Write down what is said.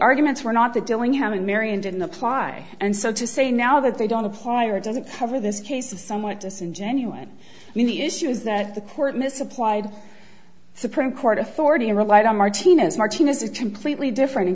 arguments were not to dillingham in marion didn't apply and so to say now that they don't apply or doesn't cover this case is somewhat disingenuous in the issues that the court misapplied supreme court authority relied on martina's martinez is completely different in